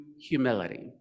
humility